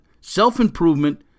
self-improvement